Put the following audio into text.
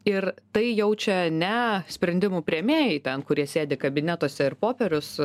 ir tai jaučia ne sprendimų priėmėjai ten kurie sėdi kabinetuose ir popierius